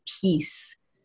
peace